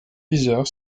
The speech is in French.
viseur